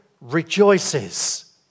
rejoices